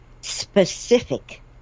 specific